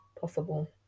possible